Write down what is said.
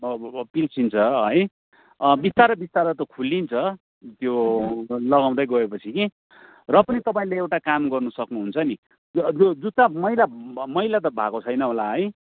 अब अब पिल्सिन्छ है बिस्तारो बिस्तारो त खोलिन्छ त्यो लगाउँदै गयोपछि कि र पनि तपाईँले एउटा काम गर्नु सक्नुहुन्छ नि ज जु जुत्ता मैला मैला त भएको छैन होला है